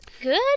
good